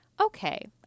okay